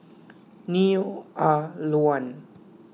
Neo Ah Luan